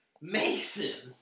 Mason